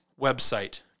website